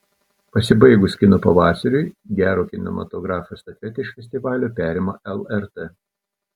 pasibaigus kino pavasariui gero kinematografo estafetę iš festivalio perima lrt